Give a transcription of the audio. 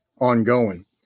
ongoing